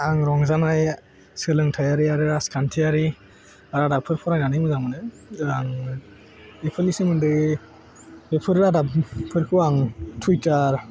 आं रंजानाय सोलोंथायारि आरो राजखान्थियारि रादाबफोर फरायनानै मोजां मोनो आं बेफोरनि सोमोन्दै बेफोर रादाबफोरखौ आं टुविटार